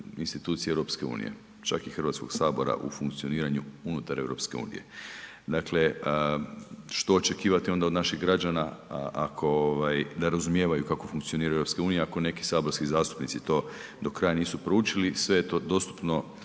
institucije EU čak i Hrvatskog sabora u funkcioniranju unutar EU. Dakle, što očekivati onda od naših građana ako ovaj ne razumijevaju kako funkcionira EU ako neki saborski zastupnici to do kraja nisu proučili. Sve je to dostupno